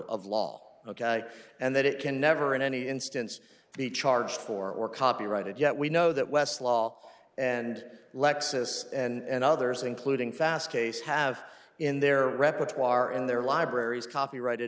of law ok and that it can never in any instance be charged for or copyrighted yet we know that west law and lexus and others including fast case have in their repertoire in their libraries copyrighted